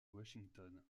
washington